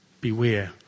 beware